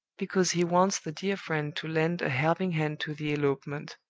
because he wants the dear friend to lend a helping hand to the elopement.